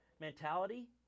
Mentality